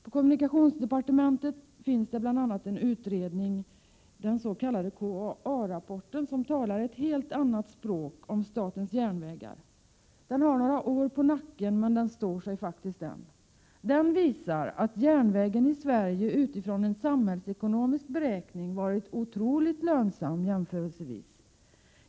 På kommunikationsdepartementet finns det bl.a. en utredning, den s.k. KAA-rapporten, som talar ett helt annat språk om statens järnvägar. Den har några år på nacken, men den står sig än. Den visar att järnvägen i Sverige utifrån en samhällsekonomisk beräkning varit otroligt ”lönsam”, jämförelsevis.